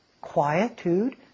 Quietude